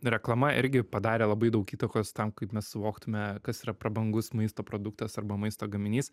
reklama irgi padarė labai daug įtakos tam kaip mes suvoktume kas yra prabangus maisto produktas arba maisto gaminys